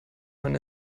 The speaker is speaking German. man